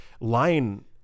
line